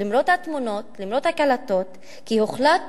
למרות התמונות, למרות הקלטות, כי הוחלט